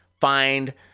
find